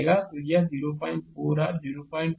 तो यह 04r 04 ix है